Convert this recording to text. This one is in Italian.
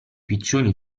piccioni